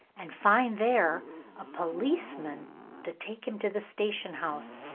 and find there a policeman to take him to the station house.